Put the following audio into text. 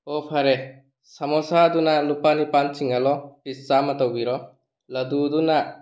ꯑꯣ ꯐꯔꯦ ꯁꯃꯣꯁꯥꯗꯨꯅ ꯂꯨꯄꯥ ꯅꯤꯄꯥꯜ ꯆꯤꯡꯍꯜꯂꯣ ꯄꯤꯁ ꯆꯥꯃ ꯇꯧꯕꯤꯔꯣ ꯂꯗꯨꯗꯨꯅ